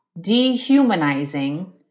dehumanizing